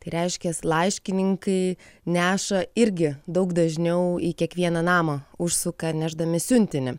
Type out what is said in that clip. tai reiškia laiškininkai neša irgi daug dažniau į kiekvieną namą užsuka nešdami siuntinį